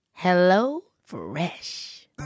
HelloFresh